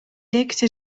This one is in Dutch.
likte